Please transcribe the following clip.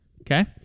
Okay